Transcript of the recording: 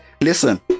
listen